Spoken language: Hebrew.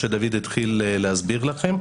זה בדיוק מה שדוד התחיל להסביר לכם,